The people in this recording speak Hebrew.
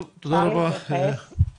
אפשר להתייחס?